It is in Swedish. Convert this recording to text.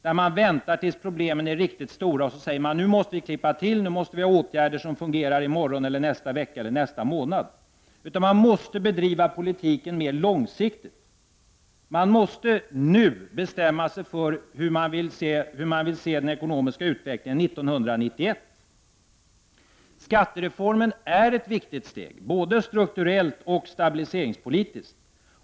Det går inte att vänta tills problemen är riktigt stora och då säga: Nu måste vi göra någonting åt det här; nu måste vi ha åtgärder som fungerar i morgon eller nästa vecka eller nästa månad. Man måste bedriva politiken mer långsiktigt. Det är nu man måste bestämma hur man vill att den ekonomiska utvecklingen skall se ut 1991. Skattereformen är ett viktigt steg — både strukturellt och stabiliseringspolitiskt.